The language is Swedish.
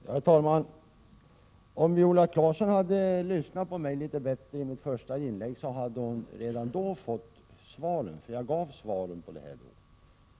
Herr talman! Om Viola Claesson hade lyssnat litet bättre på mitt första inlägg hade hon redan då fått svar, som jag gav där.